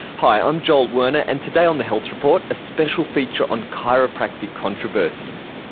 hi, i'm joel werner, and today on the health report a special feature on chiropractic controversies.